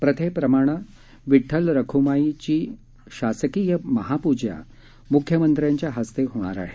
प्रथेप्रमाणे विठ्ठल रखुमाईची शासकीय महापूजा मुख्यमंत्र्यांच्या हस्ते होणार आहे